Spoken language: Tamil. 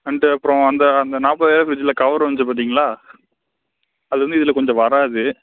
அண்ட் அப்புறம் அந்த அந்த நாப்பதாயர ரூவா ஃபிரிட்ஜில் கவர் வந்தது பார்த்தீங்களா அது வந்து இதில் கொஞ்சம் வராது